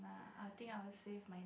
uh I think I will save my